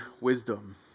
wisdom